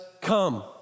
come